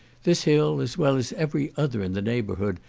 this hill, as well as every other in the neighbourhood,